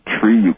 tree